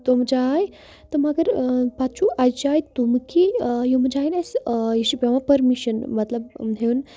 تِم جاے تہٕ مگر پَتہٕ چھُ اَجہِ جاے تِم کینٛہہ یِمہٕ جایہِ نہٕ اَسہِ یہِ چھِ پٮ۪وان پٔرمِشَن مطلب ہیوٚن